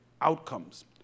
outcomes